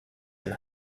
been